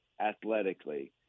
athletically